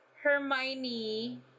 Hermione